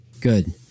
Good